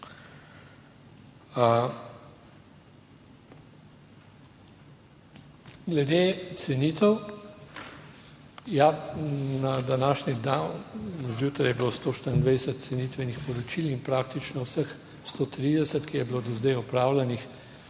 Glede cenitev. Ja, na današnji dan zjutraj je bilo 124 cenitvenih poročil in praktično vseh 130, ki je bilo do zdaj opravljenih,